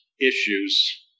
issues